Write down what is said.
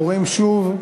קוראים שוב.